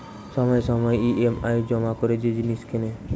সময়ে সময়ে ই.এম.আই জমা করে যে জিনিস কেনে